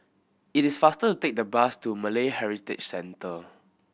it is faster to take the bus to Malay Heritage Centre